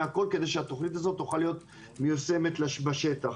כדי שהתכנית הזאת תוכל להיות מיושמת בשטח.